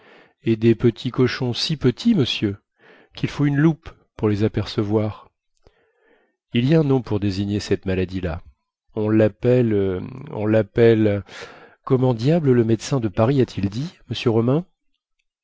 et des petits cochons si petits monsieur quil faut une loupe pour les apercevoir il y a un nom pour désigner cette maladie là on lappelle on lappelle comment diable le médecin de paris a-t-il dit monsieur romain